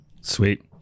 Sweet